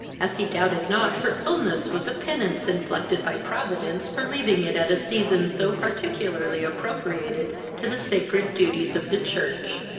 as he doubted not her illness was a penance inflicted by providence for leaving it at a season so particularly appropriated to the sacred duties of the church.